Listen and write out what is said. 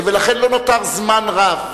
ולכן לא נותר זמן רב.